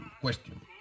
question